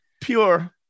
pure